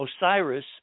Osiris